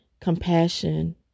compassion